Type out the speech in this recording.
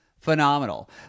phenomenal